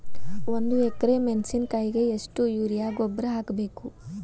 ಒಂದು ಎಕ್ರೆ ಮೆಣಸಿನಕಾಯಿಗೆ ಎಷ್ಟು ಯೂರಿಯಾ ಗೊಬ್ಬರ ಹಾಕ್ಬೇಕು?